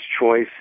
choice